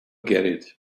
get